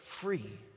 Free